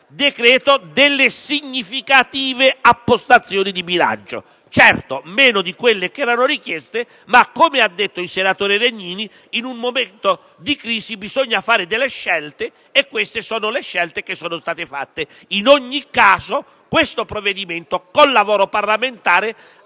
decreto delle significative appostazioni di bilancio; certo, meno di quelle richieste ma, come ha detto il senatore Legnini, in un momento di crisi bisogna fare delle scelte e queste sono le scelte che sono state fatte. In ogni caso, questo provvedimento, con il lavoro parlamentare,